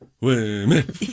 women